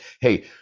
hey